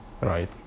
Right